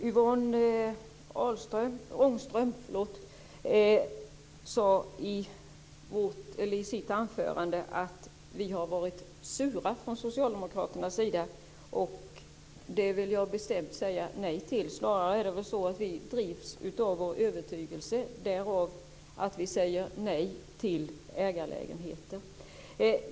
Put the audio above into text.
Fru talman! Yvonne Ångström sade i sitt anförande att vi från socialdemokraternas sida har varit sura. Där vill jag bestämt säga nej. Snarare är det väl så att vi drivs av vår övertygelse; därav vårt nej till ägarlägenheter.